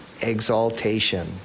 exaltation